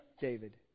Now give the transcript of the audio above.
David